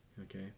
Okay